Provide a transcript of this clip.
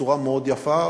בצורה מאוד יפה,